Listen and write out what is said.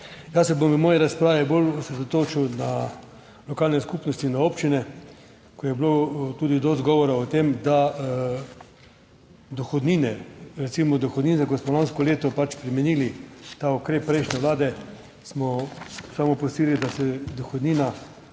Jaz se bom v moji razpravi bolj osredotočil na lokalne skupnosti, na občine, ko je bilo tudi dosti govora o tem, da dohodnine, recimo dohodnine, kot smo lansko leto pač spremenili ta ukrep prejšnje vlade, smo samo prosili, da se dohodnina